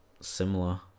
similar